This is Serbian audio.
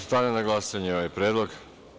Stavljam na glasanje ovaj predlog.